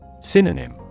Synonym